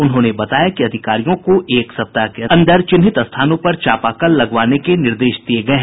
उन्होंने बताया कि अधिकारियों को एक सप्ताह के अन्दर चिन्हित स्थानों पर चापाकल लगवाने के निर्देश दिये गये हैं